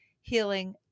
Healing